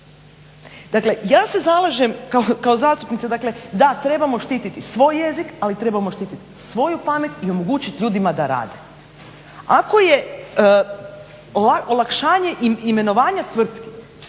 Dakle, ja se zalažem kao zastupnica, dakle da trebamo štiti svoj jezik, ali trebamo štiti svoju pamet i omogućiti ljudima da rade. Ako je olakšanje imenovanja tvrtki